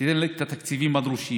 תן לה את התקציבים הדרושים